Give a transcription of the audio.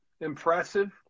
impressive